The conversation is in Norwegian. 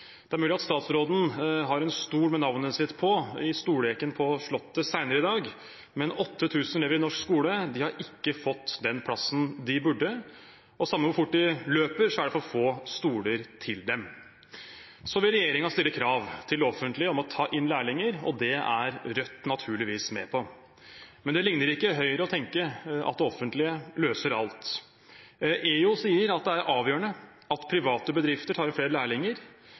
Det er mulig at statsråden har en stol med navnet sitt på i stolleken på Slottet senere i dag, men 8 000 elever i norsk skole har ikke fått den plassen de burde – samme hvor fort de løper, er det for få stoler til dem. Så vil regjeringen stille krav til det offentlige om å ta inn lærlinger, og det er Rødt naturligvis med på. Men det ligner ikke Høyre å tenke at det offentlige løser alt. Elevorganisasjonen sier at det er avgjørende at private bedrifter tar inn flere lærlinger.